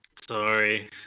sorry